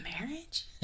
marriage